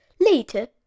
Later